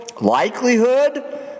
likelihood